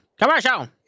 Commercial